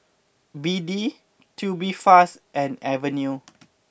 B D Tubifast and Avene